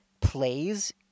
plays